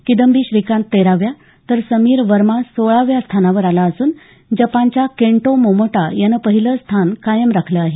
किदंबी श्रीकांत तेराव्या तर समीर वर्मा सोळाव्या स्थानावर आला असून जपानच्या केंटो मोमोटा यानं पहिलं स्थान कायम राखलं आहे